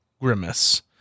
grimace